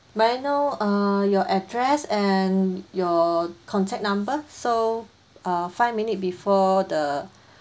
may I know uh your address and your contact number so uh five minute before the